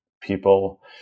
people